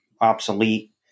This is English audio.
obsolete